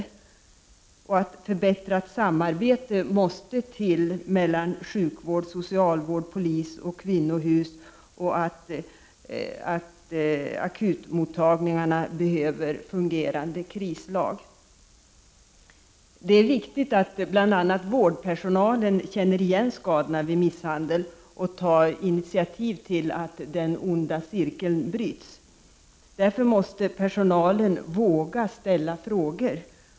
Det krävs ett förbättrat samarbete mellan sjukvård, socialvård, polis och kvinnohus, och akutmottagningarna behöver fungerande krislag. Det är viktigt att bl.a. vårdpersonalen känner igen skadorna vid misshandel och tar initiativ till att den onda cirkeln bryts. Därför måste personalen våga ställa frågor.